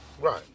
right